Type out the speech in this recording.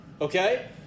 Okay